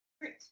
great